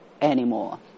anymore